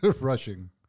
Rushing